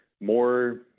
more